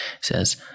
says